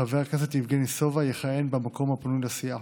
חבר הכנסת יבגני סובה יכהן במקום הפנוי לסיעה.